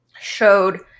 showed